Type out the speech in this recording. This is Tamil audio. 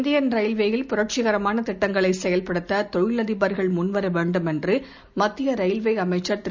இந்தியன் ரயில்வேயில் புரட்சிகரமான திட்டங்களை செயல்படுத்த தொழிலதிபர்கள் முன் வரவேண்டும் என்று மத்திய ரயில்வே அமைச்சர் திரு